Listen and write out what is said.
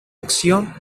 acción